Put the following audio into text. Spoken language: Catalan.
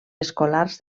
escolars